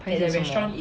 paiseh 什么